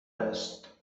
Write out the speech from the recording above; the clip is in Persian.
است